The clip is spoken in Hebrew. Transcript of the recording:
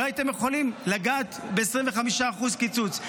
לא הייתם יכולים לגעת ב-25% קיצוץ.